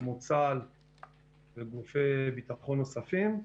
צה"ל וגופי ביטחון נוספים,